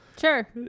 Sure